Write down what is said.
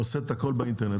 הוא עושה את הכול באינטרנט,